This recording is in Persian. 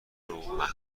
ومحکوم